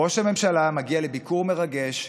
ראש הממשלה מגיע לביקור מרגש,